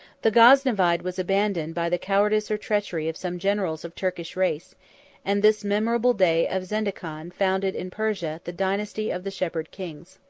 the gaznevide was abandoned by the cowardice or treachery of some generals of turkish race and this memorable day of zendecan founded in persia the dynasty of the shepherd kings.